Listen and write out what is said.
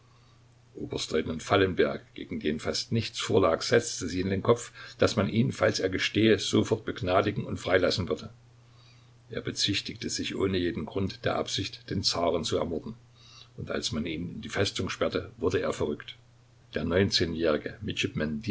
fallenberg gegen den fast nichts vorlag setzte sich in den kopf daß man ihn falls er gestehe sofort begnadigen und freilassen würde er bezichtigte sich ohne jeden grund der absicht den zaren zu ermorden und als man ihn in die festung sperrte wurde er verrückt der neunzehnjährige